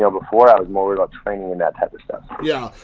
before i was more about training and that type of stuff. yeah